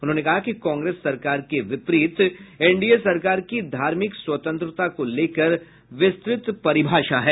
उन्होंने कहा कि कांग्रेस सरकार के विपरित एन डी ए सरकार की धार्मिक स्वतंत्रता को लेकर विस्तृत परिभाषा है